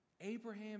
Abraham